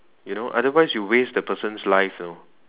you know otherwise you waste the person's life you know